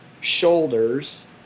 shoulders